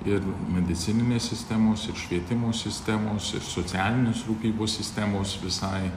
ir medicininės sistemos ir švietimo sistemos ir socialinės rūpybos sistemos visai